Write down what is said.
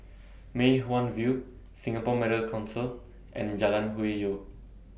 Mei Hwan View Singapore Medical Council and Jalan Hwi Yoh